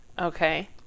Okay